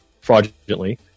fraudulently